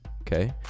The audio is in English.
okay